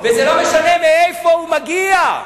וזה לא משנה מאיפה הוא מגיע.